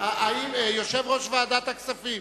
יושב-ראש ועדת הכספים,